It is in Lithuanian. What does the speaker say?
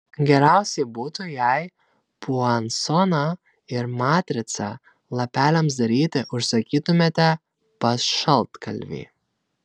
geriausiai būtų jei puansoną ir matricą lapeliams daryti užsakytumėte pas šaltkalvį